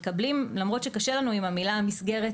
ולמרות שקשה לנו עם המילים מסגרת